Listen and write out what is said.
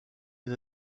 les